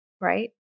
right